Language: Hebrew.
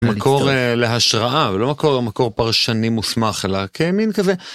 מקור להשראה ולא מקור פרשני מוסמך אלא כמין כזה